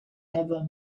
ever